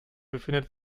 befindet